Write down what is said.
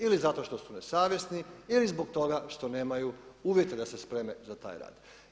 Ili zato što su nesavjesni ili zbog toga što nemaju uvjeta da se spreme za taj rad.